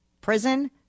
prison